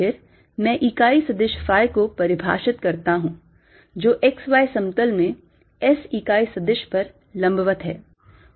फिर मैं इकाई सदिश phi को परिभाषित करता हूं जो x y समतल में S इकाई सदिश पर लम्बवत है